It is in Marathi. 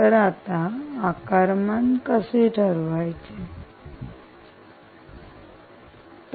तर आता आकारमान कसे ठरवायचे आकारमान कसे ठरवावे